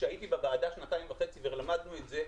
כשהייתי בוועדה שנתיים וחצי ולמדנו את זה,